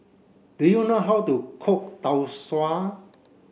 do you know how to cook Tau Suan